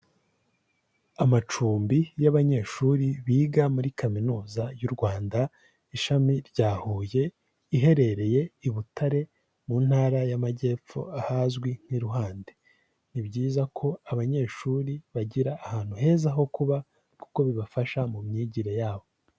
Amacumbi y'abanyeshuri biga muri kaminuza y'u Rwanda ishami rya Huye, iherereye i Butare mu ntara y'amajyepfo ahazwi nk'i Ruhande, ni byiza ko abanyeshuri bagira ahantu heza ho kuba kuko bibafasha mu myigire yabo.